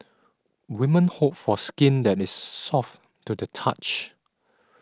women hope for skin that is soft to the touch